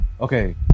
okay